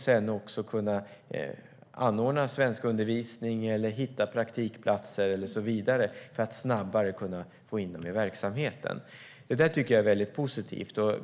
Sedan måste man kunna anordna svenskundervisning eller hitta praktikplatser för att personer snabbare ska kunna komma in i verksamheten. Detta tycker jag är väldigt positivt.